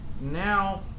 Now